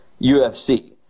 UFC